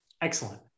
Excellent